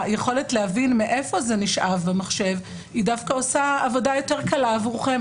היכולת להבין מאיפה זה נשאב במחשב עושה עבודה יותר קלה עבורכם.